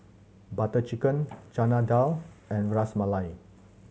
Butter Chicken Chana Dal and Ras Malai